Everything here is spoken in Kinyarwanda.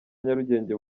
nyarugenge